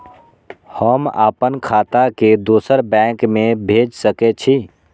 हम आपन खाता के दोसर बैंक में भेज सके छी?